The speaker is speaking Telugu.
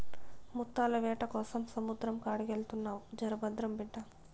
ముత్తాల వేటకోసం సముద్రం కాడికెళ్తున్నావు జర భద్రం బిడ్డా